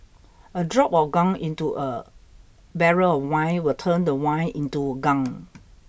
a drop of gunk into a barrel of wine will turn the wine into gunk